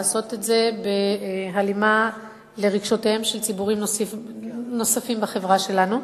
לעשות את זה בהלימה לרגשותיהם של ציבורים נוספים בחברה שלנו.